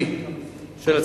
יחד עם זה,